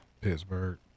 Pittsburgh